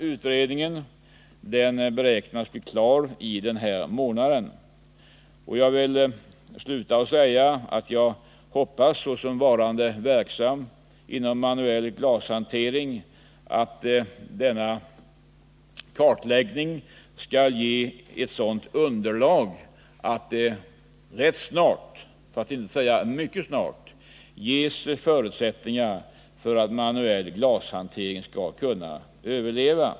Utredningen beräknas bli klar i den här månaden, och jag hoppas såsom varande verksam inom manuell glashantering att denna kartläggning skall ge ett sådant underlag att det rätt snart — för att inte säga mycket snart — ges förutsättningar för att manuell glashåntering skall kunna överleva.